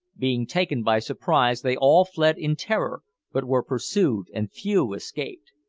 being taken by surprise, they all fled in terror, but were pursued and few escaped.